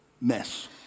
mess